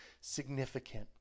significant